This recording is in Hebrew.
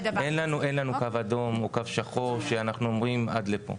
אין לנו קו אדום או קו שחור שאנחנו אומרים עד לפה.